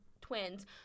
twins